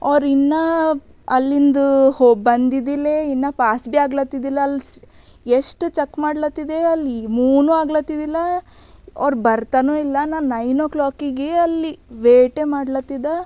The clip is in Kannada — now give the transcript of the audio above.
ಅವ್ರು ಇನ್ನು ಅಲ್ಲಿಂದ ಹೋಗಿ ಬಂದಿದಿಲ್ಲೇ ಇನ್ನು ಪಾಸ್ ಬಿ ಆಗ್ಲತ್ತಿದಿಲ್ಲಲ್ಸ್ ಎಷ್ಟು ಚಕ್ ಮಾಡ್ಲತಿದೆ ಅಲ್ಲಿ ಮೂನು ಆಗ್ಲತ್ತಿದಿಲ್ಲಾ ಅವ್ರು ಬರ್ತಾನು ಇಲ್ಲ ನಾನು ನೈನ್ ಓ ಕ್ಲಾಕಿಗೇ ಅಲ್ಲಿ ವೇಟೆ ಮಾಡ್ಲತ್ತಿದ